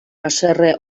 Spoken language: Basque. haserre